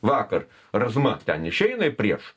vakar razma ten išeina prieš